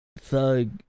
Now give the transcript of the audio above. thug